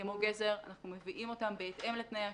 כמו גזר, אנחנו מביאים אותם בהתאם לתנאי השוק.